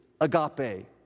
agape